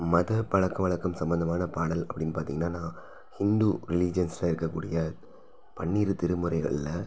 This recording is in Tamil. மதப் பழக்கவழக்கம் சம்மந்தமான பாடல் அப்படின்னு பார்த்தீங்கன்னா நான் ஹிந்து ரிலீஜியன்சில் இருக்கக்கூடிய பன்னிரு திருமுறைகள்ல